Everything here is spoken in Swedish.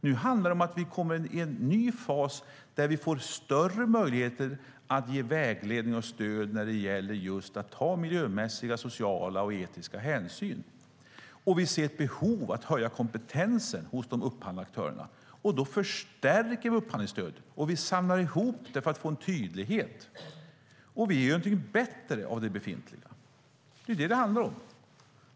Nu handlar det om att vi kommer i en ny fas där vi får större möjligheter att ge vägledning och stöd när det gäller att ta just miljömässiga, sociala och etiska hänsyn. Vi ser ett behov av att höja kompetensen hos de upphandlande aktörerna. Då förstärker vi upphandlingsstödet och samlar ihop det för att få en tydlighet. Vi gör någonting bättre av det befintliga. Det är detta det handlar om.